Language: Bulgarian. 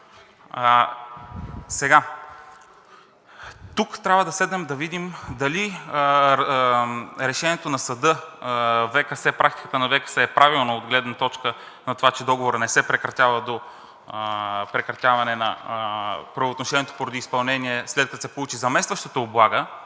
Тук трябва да седнем да видим дали решението на съда – практиката на ВКС е правилна от гледна точка на това, че договорът не се прекратява до прекратяване на… правоотношението поради изпълнение, след като се получи заместващата облага